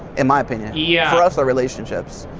in my opinion yeah for us they're relationships,